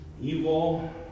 evil